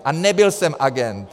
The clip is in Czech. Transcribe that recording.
A nebyl jsem agent!